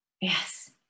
Yes